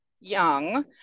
young